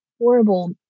horrible